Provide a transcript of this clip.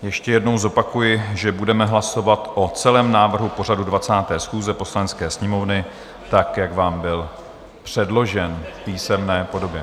Ještě jednou zopakuji, že budeme hlasovat o celém návrhu pořadu 20. schůze Poslanecké sněmovny, tak jak vám byl předložen v písemné podobě.